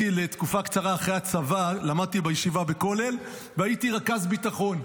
לתקופה קצרה אחרי הצבא למדתי בישיבה בכולל והייתי רכז ביטחון,